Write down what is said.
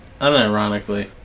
Unironically